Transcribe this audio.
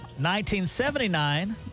1979